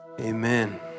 Amen